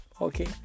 okay